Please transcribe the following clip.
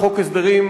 בחוק ההסדרים,